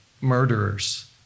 murderers